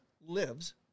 lives